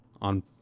on